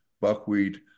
Buckwheat